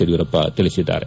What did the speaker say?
ಯಡಿಯೂರವ್ದ ತಿಳಿಸಿದ್ದಾರೆ